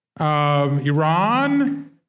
Iran